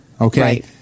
Okay